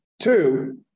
Two